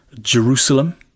Jerusalem